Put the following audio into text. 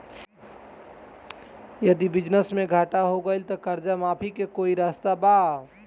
यदि बिजनेस मे घाटा हो गएल त कर्जा माफी के कोई रास्ता बा?